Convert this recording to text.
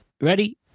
Ready